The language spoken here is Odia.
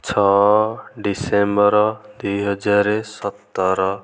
ଛଅ ଡିସେମ୍ବର ଦୁଇ ହଜାର ସତର